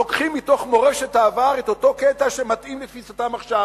לוקחים מתוך מורשת העבר את אותו קטע שמתאים לתפיסתם עכשיו.